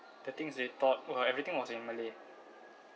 the things they taught were everything was in malay